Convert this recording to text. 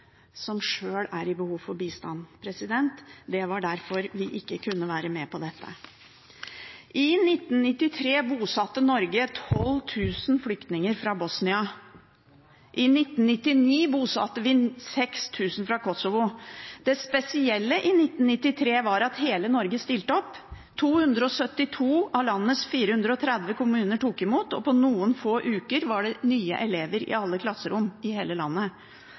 som sjøl er i behov av bistand. Det var derfor vi ikke kunne være med på dette. I 1993 bosatte Norge 12 000 flyktninger fra Bosnia. I 1999 bosatte vi 6 000 fra Kosovo. Det spesielle i 1993 var at hele Norge stilte opp. 272 av landets 430 kommuner tok imot, og på noen få uker var det nye elever i alle klasserom i hele landet.